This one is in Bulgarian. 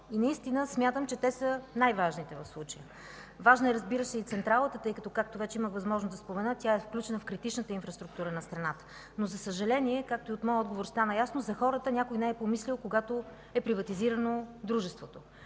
и наистина смятам, че те са най-важните в случая. Важна е, разбира се, и централата, тъй като, както вече имах възможност да спомена, тя е включена в критичната инфраструктура на страната. Но, за съжаление, както и от моя отговор стана ясно, за хората някой не е помислил, когато е приватизирано дружеството.